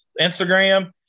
Instagram